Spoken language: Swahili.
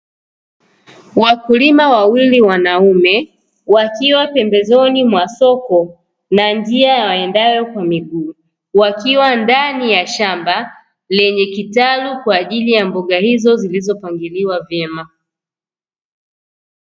Wakulima wawili wanaume wakiwa pembezoni mwa soko na njia ya waendayo kwa miguu, wakiwa ndani ya shamba lenye kitalu kwa ajili ya mboga hizo zilizopangiliwa vyema.